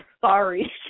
sorry